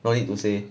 no need to say